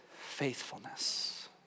faithfulness